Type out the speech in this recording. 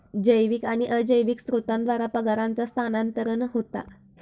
जैविक आणि अजैविक स्त्रोतांद्वारा परागांचा स्थानांतरण होता